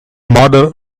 mother